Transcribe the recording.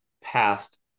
past